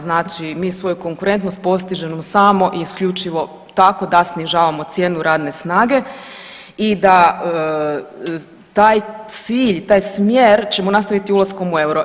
Znači mi svoju konkurentnost postižemo samo i isključivo tako da snižavamo cijenu radne snage i da taj cilj, taj smjer ćemo nastaviti ulaskom u euro.